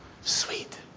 Sweet